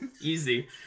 easy